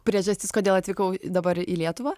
priežastis kodėl atvykau dabar į lietuvą